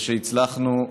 ושהצלחנו,